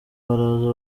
baraza